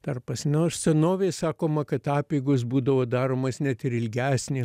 tarpas nors senovėj sakoma kad apeigos būdavo daromos net ir ilgesnį